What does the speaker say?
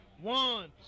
One